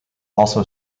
also